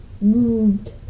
moved